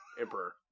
Emperor